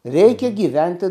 reikia gyventi